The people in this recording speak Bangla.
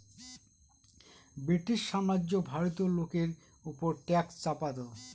ব্রিটিশ সাম্রাজ্য ভারতীয় লোকের ওপর ট্যাক্স চাপাতো